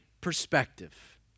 perspective